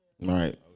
Right